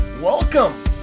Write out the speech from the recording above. Welcome